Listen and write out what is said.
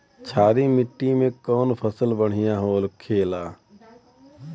क्षारीय मिट्टी में कौन फसल बढ़ियां हो खेला?